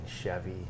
Chevy